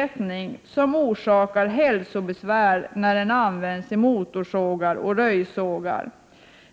1988/89:110 ning som orsakar hälsobesvär när den används i motorsågar och röjsågar. 9 maj 1989